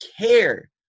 care